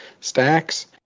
stacks